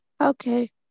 Okay